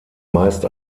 meist